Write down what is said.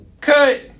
Cut